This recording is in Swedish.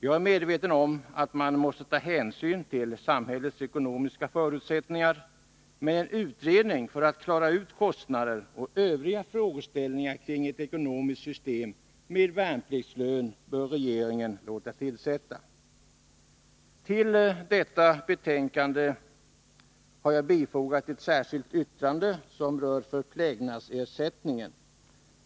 Jag är medveten om att man måste ta hänsyn till samhällets ekonomiska — Nr 138 förutsättningar. Men en utredning för att klara ut kostnader och övriga SE 4 maj 1983 en låta tillsätta. ä jag fogat ett särski Ö ER - SN detta betänkande har] g e ärskylt SUrande, som 1 Förbättrade förförplägnadsersättningen.